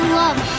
love